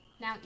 Now